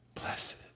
Blessed